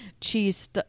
cheese